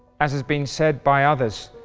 as has been said by others,